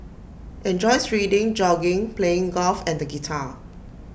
enjoys reading jogging playing golf and the guitar